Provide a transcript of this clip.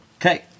Okay